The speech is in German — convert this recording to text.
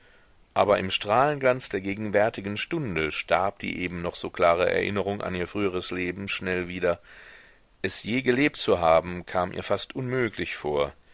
aber im strahlenglanz der gegenwärtigen stunde starb die eben noch so klare erinnerung an ihr früheres leben schnell wieder es je gelebt zu haben kam ihr fast unmöglich vor